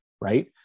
right